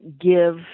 give